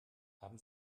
haben